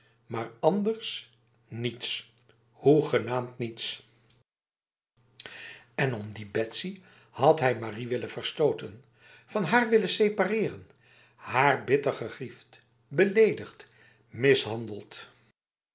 maar andersj niets hoegenaamd niets en om die betsy had hij marie willen verstoten van haar willen separeren haar bitter gegriefd beledigd mishandeld